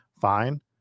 fine